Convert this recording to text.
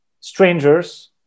strangers